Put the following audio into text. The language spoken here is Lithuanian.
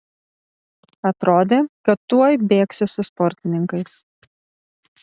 atrodė kad tuoj bėgsiu su sportininkais